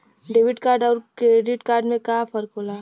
Debit card अउर credit card में का फर्क होला?